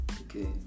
okay